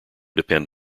depend